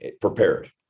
prepared